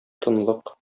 тынлык